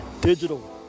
digital